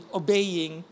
obeying